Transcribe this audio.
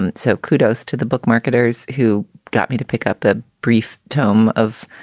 um so kudos to the book marketers who got me to pick up a brief tome of,